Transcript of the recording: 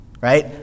right